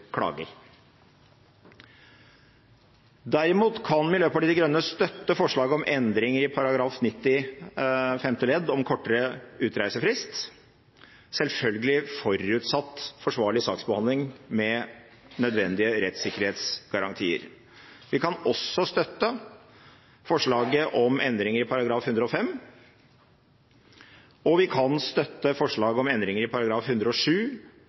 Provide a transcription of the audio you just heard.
klager. Derimot kan Miljøpartiet De Grønne støtte forslaget om endringer i § 90 femte ledd om kortere utreisefrist, selvfølgelig forutsatt forsvarlig saksbehandling med nødvendige rettssikkerhetsgarantier. Vi kan også støtte forslaget om endringer i § 105, og vi kan støtte forslaget om endringer i § 107